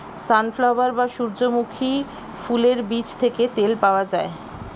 sunflower বা সূর্যমুখী ফুলের বীজ থেকে তেল পাওয়া যায়